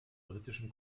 britischen